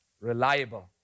Reliable